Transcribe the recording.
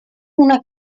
una